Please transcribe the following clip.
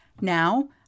Now